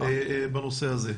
בנושא הזה.